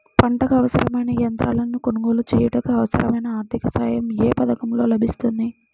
పంటకు అవసరమైన యంత్రాలను కొనగోలు చేయుటకు, అవసరమైన ఆర్థిక సాయం యే పథకంలో లభిస్తుంది?